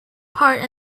part